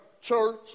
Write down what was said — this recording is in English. church